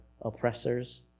oppressors